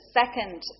second